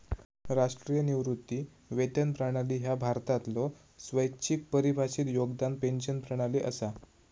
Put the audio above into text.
राष्ट्रीय निवृत्ती वेतन प्रणाली ह्या भारतातलो स्वैच्छिक परिभाषित योगदान पेन्शन प्रणाली असा